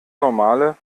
normale